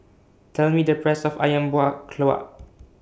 Tell Me The Price of Ayam Buah Keluak